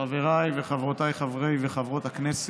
חבריי וחברותיי חברי וחברות הכנסת,